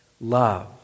love